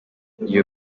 iyo